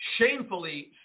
shamefully